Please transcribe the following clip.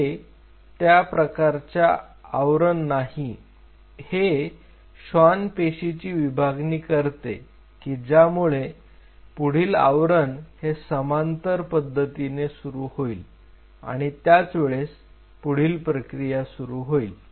हे त्या प्रकारच्या आवरण नाही हे म्हणजे श्वान पेशीची विभागणी करते की ज्यामुळे पुढील आवरण हे समांतर पद्धतीने सुरू होईल आणि त्याच वेळेस पुढील प्रक्रिया सुरू होईल